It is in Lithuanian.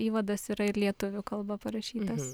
įvadas yra ir lietuvių kalba parašytas